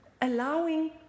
allowing